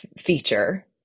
feature